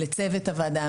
לצוות הוועדה,